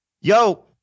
Yo